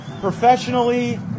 professionally